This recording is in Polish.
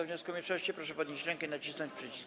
wniosku mniejszości, proszę podnieść rękę i nacisnąć przycisk.